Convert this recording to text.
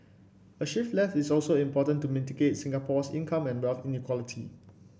a shift left is also important to mitigate Singapore's income and wealth inequality